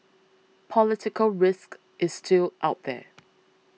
political risk is still out there